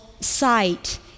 sight